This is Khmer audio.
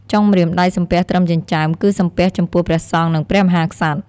ចុងម្រាមដៃសំពះត្រឹមចិញ្ចើម គឺសំពះចំពោះព្រះសង្ឃ និងព្រះមហាក្សត្រ។